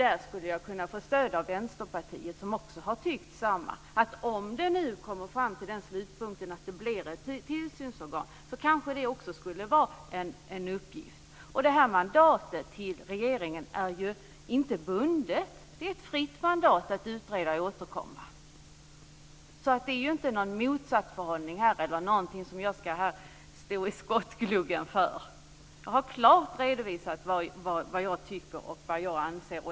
Där skulle jag kunna få stöd av Vänsterpartiet som har tyckt samma sak, att om det blir ett tillsynsorgan skulle detta kanske också kunna vara en uppgift. Mandatet till regeringen är ju inte bundet. Det är ett fritt mandat att utreda och sedan återkomma. Det finns ju inget motsatsförhållande här som jag ska stå i skottgluggen för. Jag har klart redovisat vad jag anser.